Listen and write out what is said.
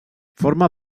forma